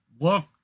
look